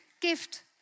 gift